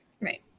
Right